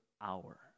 hour